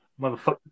motherfucker